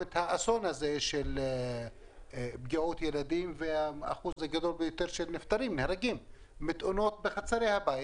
יש פגיעות ילדים ואחוז הגדול ביותר של הרוגים מתאונות בחצרי הבית.